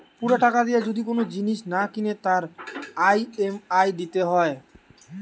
পুরা টাকা দিয়ে যদি কোন জিনিস না কিনে তার ই.এম.আই দিতে হয়